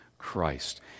Christ